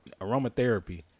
aromatherapy